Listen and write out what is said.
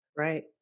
Right